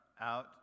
out